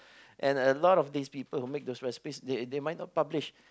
and a lot of these people who make those recipes they they might not publish